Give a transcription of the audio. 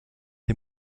dem